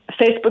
Facebook